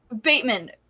Bateman